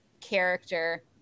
character